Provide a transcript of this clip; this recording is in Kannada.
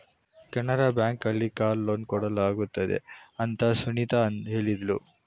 ಕೆನರಾ ಬ್ಯಾಂಕ್ ಅಲ್ಲಿ ಕಾರ್ ಲೋನ್ ಕೊಡಲಾಗುತ್ತದೆ ಅಂತ ಸುನಿತಾ ಹೇಳಿದ್ಲು